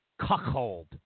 cuckold